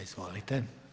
Izvolite.